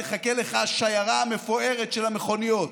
תחכה לך השיירה המפוארת של המכוניות.